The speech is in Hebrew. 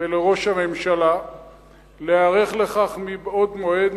ולראש הממשלה להיערך לכך מבעוד מועד,